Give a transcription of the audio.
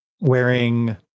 wearing